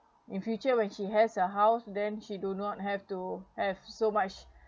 in future when he has a house then she do not have to have so much